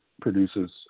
produces